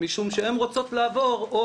משום שהן רוצות לעבור או